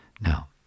Now